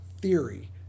theory